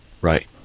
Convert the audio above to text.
right